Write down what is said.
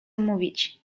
mówić